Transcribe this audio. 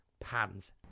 pans